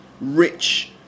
rich